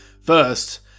first